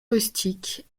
rustique